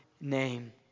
name